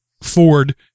Ford